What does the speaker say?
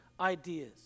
ideas